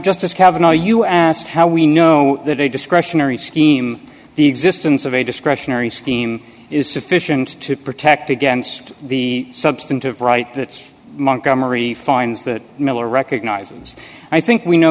justice kavanagh you asked how we know that a discretionary scheme the existence of a discretionary scheme is sufficient to protect against the substantive right that's montgomery fines that miller recognizes i think we know